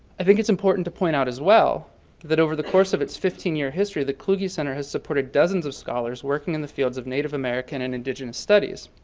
i think it's important to point out as well that over the course of its fifteen year history, the kluge center has supported dozens of scholars working in the fields of native american and indigenous studies.